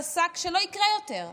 פסק שלא יקרה יותר.